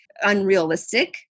unrealistic